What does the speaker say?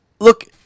Look